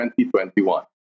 2021